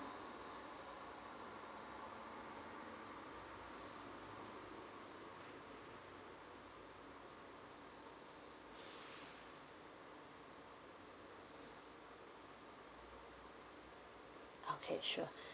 okay sure